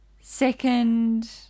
second